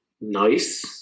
nice